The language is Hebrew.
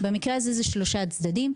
במקרה הזה יש שלושה צדדים: